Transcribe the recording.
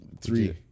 three